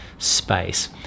space